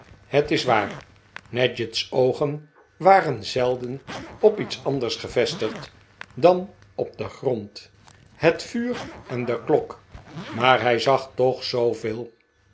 het is waar nadgett's oogen waren zelden op iets anders gevestigd dan op den grond het vuur en de klok maar hij zag toch zooveel